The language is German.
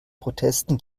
protesten